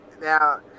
now